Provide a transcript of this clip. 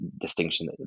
distinction